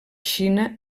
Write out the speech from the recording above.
xina